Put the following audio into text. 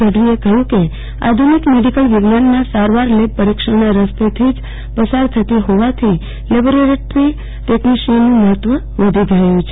ગઢવીએ કહ્યું કે આધુનિક મેડિકલ વિજ્ઞાનમાં સારવાર લેબ પરિક્ષણનાં રસ્તેથી જ પસાર થતી જ્ઞેવાથી લેબોરેટરી ટેકનીશીયનનું મહત્વ વધી રહ્યું છે